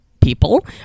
people